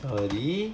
early